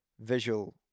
visual